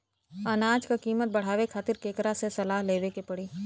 अनाज क कीमत बढ़ावे खातिर केकरा से सलाह लेवे के पड़ी?